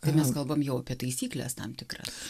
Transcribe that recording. tai mes kalbam jau apie taisykles tam tikras